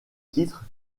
titre